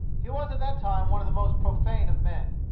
he was at that time one of the most profane of men.